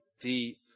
deep